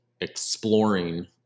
exploring